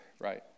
Right